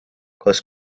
kas